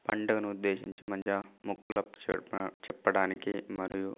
పండుగనుద్దేశించి మంచిగా మొక్కులకు చెప్పడానికి మరియు